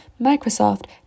Microsoft